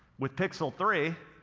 with pixel three,